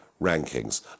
rankings